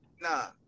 nah